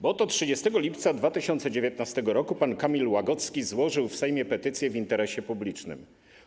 Bo oto 30 lipca 2019 r. pan Kamil Łagocki złożył w Sejmie petycję w interesie publicznym.